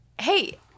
Hey